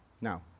Now